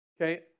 Okay